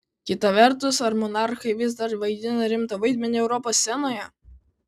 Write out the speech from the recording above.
kita vertus ar monarchai vis dar vaidina rimtą vaidmenį europos scenoje